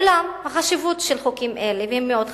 אולם החשיבות של חוקים אלה, והם מאוד חשובים,